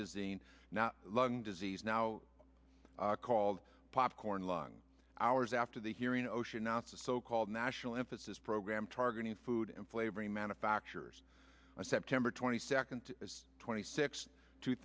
disease and not lung disease now called popcorn long hours after the hearing ocean off the so called national emphasis program targeting food and flavoring manufacturers september twenty second twenty six two